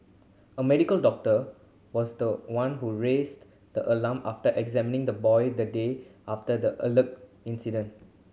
a medical doctor was the one who raised the alarm after examining the boy the day after the alleged incident